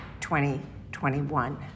2021